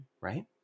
right